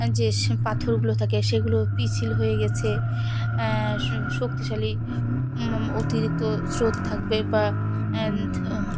যে পাথরগুলো থাকে সেগুলো পিচ্ছিল হয়ে গেছে শক্তিশালী অতিরিক্ত স্রোত থাকবে বা